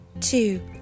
two